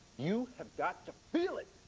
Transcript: you have got to feel it!